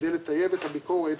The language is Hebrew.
כדי לטייב את הביקורת,